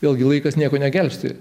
vėlgi laikas nieko negelbsti